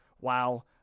wow